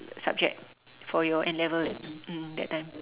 subject for your N-level that time mm that time